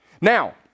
Now